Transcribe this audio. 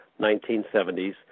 1970s